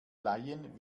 laien